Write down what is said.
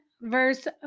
verse